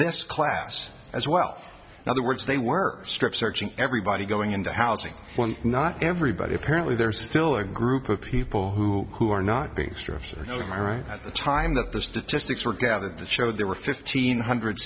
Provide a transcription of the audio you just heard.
this class as well now the words they were strip searching everybody going into housing one not everybody apparently there's still a group of people who who are not being stripped of my right at the time that the statistics were gathered that showed there were fifteen hundred